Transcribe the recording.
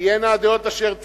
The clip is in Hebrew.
תהיינה הדעות אשר תהיינה,